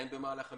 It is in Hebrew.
הן במהלך המיונים,